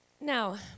now